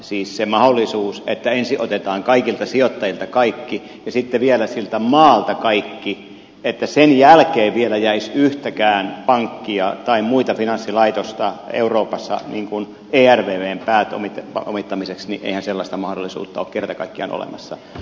siis sellaista mahdollisuutta että ensin otetaan kaikilta sijoittajilta kaikki ja sitten vielä siltä maalta kaikki että sen jälkeen vielä jäisi yhtäkään pankkia tai muuta finanssilaitosta euroopassa ervvn pääomittamiseksi niin eihän sellaista mahdollisuutta ole kerta kaikkiaan olemassa